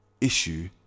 issue